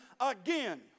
again